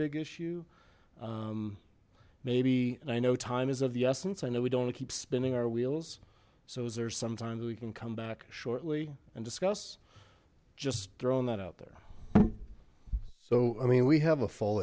big issue maybe and i know time is of the essence i know we don't keep spinning our wheels so is there some times we can come back shortly and discuss just throwing that out there so i mean we have a full